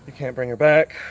can't bring her back.